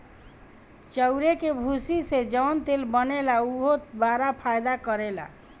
चाउरे के भूसी से जवन तेल बनेला उहो बड़ा फायदा करेला